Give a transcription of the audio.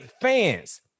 fans